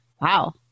wow